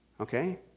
Okay